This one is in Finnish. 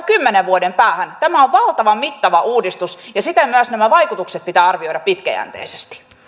kymmenen vuoden päähän tämä on valtavan mittava uudistus ja siten myös vaikutukset pitää arvioida pitkäjänteisesti